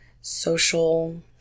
social